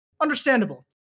understandable